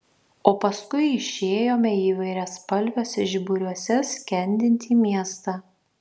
o paskui išėjome į įvairiaspalviuose žiburiuose skendintį miestą